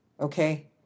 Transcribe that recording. okay